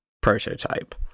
prototype